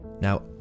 Now